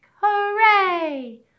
Hooray